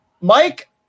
Mike